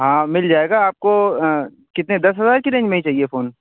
ہاں مل جائے گا آپ کو کتنے دس ہزار کی رینج میں چاہیے فون